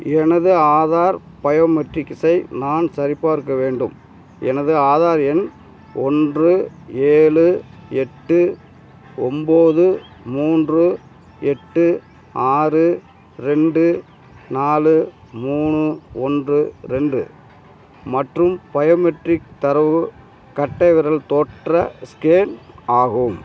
எனது ஆதார் பயோமெட்ரிக்ஸை நான் சரிபார்க்க வேண்டும் எனது ஆதார் எண் ஒன்று ஏழு எட்டு ஒம்பது மூன்று எட்டு ஆறு ரெண்டு நாலு மூணு ஒன்று ரெண்டு மற்றும் பயோமெட்ரிக் தரவு கட்டைவிரல் தோற்ற ஸ்கேன் ஆகும்